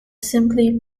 simply